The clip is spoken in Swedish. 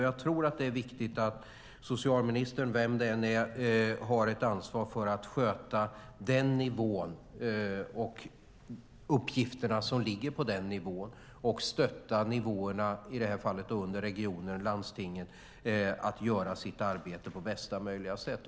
Jag tror att det är viktigt att socialministern, vem det än är, har ett ansvar för att sköta sin nivå och uppgifterna som ligger på den nivån och att stötta nivåerna under i det här fallet, regioner och landsting, att göra sitt arbete på bästa möjliga sätt.